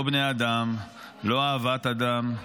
לא בני אדם, לא אהבת אדם,